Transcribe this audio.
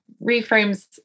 reframes